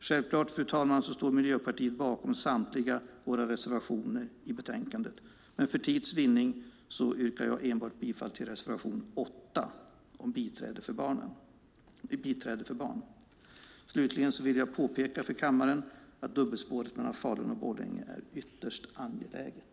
Självklart, fru talman, står vi i Miljöpartiet bakom samtliga våra reservationer i betänkandet, men för tids vinnande yrkar jag bifall enbart till reservation 8 om biträde för barn. Slutligen vill jag påpeka för kammaren att dubbelspåret mellan Falun och Borlänge är ytterst angeläget.